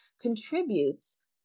contributes